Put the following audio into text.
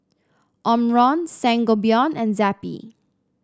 Omron Sangobion and Zappy